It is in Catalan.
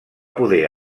poder